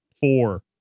four